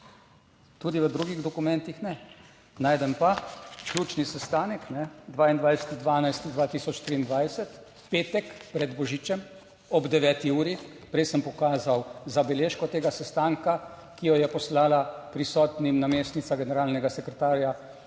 Tudi v drugih dokumentih ne. Najdem pa ključni sestanek 22. 12. 2023 v petek pred božičem, ob 9. uri - prej sem pokazal zabeležko tega sestanka, ki jo je poslala prisotnim namestnica generalnega sekretarja